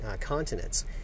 continents